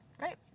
right